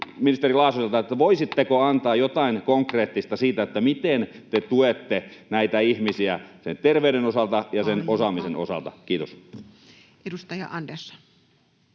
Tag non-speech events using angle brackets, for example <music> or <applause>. ministeri Laasoselta: voisitteko antaa jotain konkreettista siitä, miten te tuette <noise> näitä ihmisiä sen terveyden osalta ja [Puhemies: Aika!] sen osaamisen osalta? — Kiitos. Edustaja Andersson.